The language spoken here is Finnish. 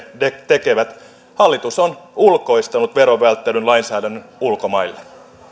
tekevät hallitus on ulkoistanut verovälttelylainsäädännön ulkomaille